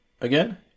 Again